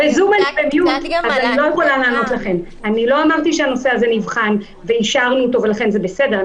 לא אמרתי שהנושא הזה נבחן ואישרנו אותו ולכן זה בסדר.